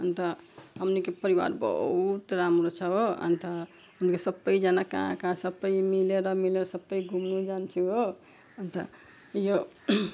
अन्त हामीको परिवार बहुत राम्रो छ हो अन्त हामीको सबैजना कहाँ कहाँ सबै मिलेर मिलेर सबै घुम्नु जान्थ्यो हो अन्त यो